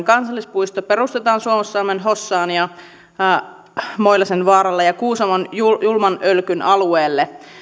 kansallispuisto perustetaan suomussalmen hossaan moilasenvaaralle ja kuusamon julman ölkyn alueelle